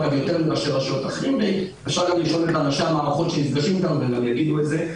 ואפשר גם לשאול את אנשי המערכות שנפגשים אתנו.